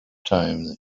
time